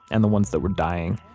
and the ones that were dying.